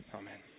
amen